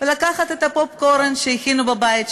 ולקחת את הפופקורן שהכינו בבית,